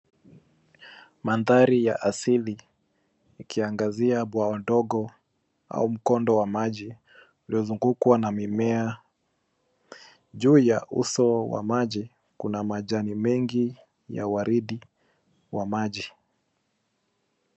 Mandhari ya asili yakiangazia bwawa ndogo au mkondo wa maji uliozungukwa na mimea. Juu ya uso wa maji kuna majani mengi ya waridi wa maji.